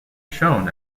shown